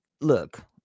look